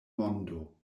mondo